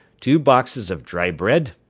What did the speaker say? two boxes of dry bread,